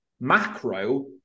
Macro